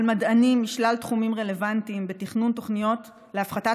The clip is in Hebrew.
על מדענים משלל תחומים רלוונטיים בתכנון תוכניות להפחתת